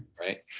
right